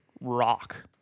rock